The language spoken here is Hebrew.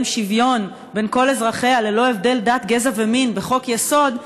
שוויון בין כל אזרחיה ללא הבדל דת גזע ומין" בחוק-יסוד,